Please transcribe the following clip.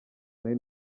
nari